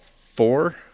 four